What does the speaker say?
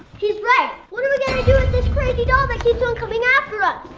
he's right. what are we going to do with this crazy doll that keeps on coming after us?